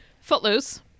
Footloose